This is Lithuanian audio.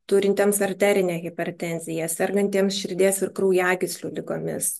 turintiems arterinę hipertenziją sergantiems širdies ir kraujagyslių ligomis